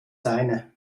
seine